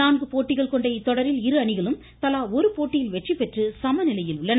நான்கு போட்டிகள் கொண்ட இத்தொடரில் இரு அணிகளும் தலா ஒரு போட்டியில் வெற்றி பெற்று சம நிலையில் உள்ளன